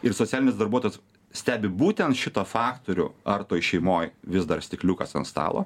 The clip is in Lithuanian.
ir socialinis darbuotojas stebi būtent šitą faktorių ar toj šeimoj vis dar stikliukas ant stalo